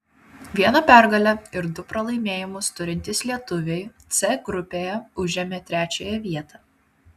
vieną pergalę ir du pralaimėjimus turintys lietuviai c grupėje užėmė trečiąją vietą